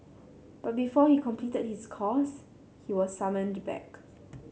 but before he completed his course he was summoned back